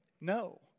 No